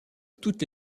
toutes